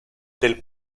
del